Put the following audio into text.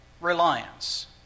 reliance